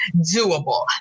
doable